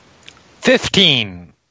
Fifteen